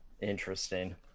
Interesting